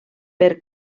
per